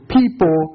people